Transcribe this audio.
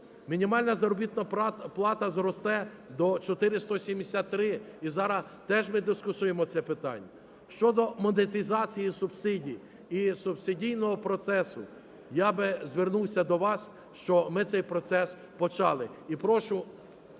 Мінімальна заробітна плата зросте до 4 173, і зараз теж ми дискутуємо це питання. Щодо монетизації субсидій і субсидійного процесу, я б звернувся до вас, що ми цей процес почали. ГОЛОВУЮЧИЙ.